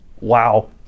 Wow